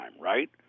right